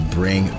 bring